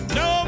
no